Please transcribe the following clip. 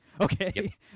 Okay